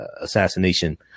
assassination